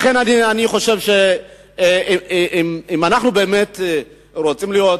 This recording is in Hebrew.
לכן, אני חושב שאם אנחנו רוצים להיות